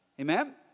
Amen